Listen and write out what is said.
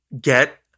Get